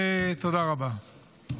תודה רבה.